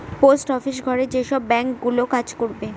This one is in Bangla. পোস্ট অফিস ঘরে যেসব ব্যাঙ্ক গুলো কাজ করবে